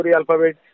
alphabet